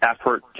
effort